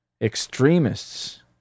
extremists